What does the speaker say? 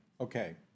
Okay